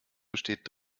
besteht